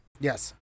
Yes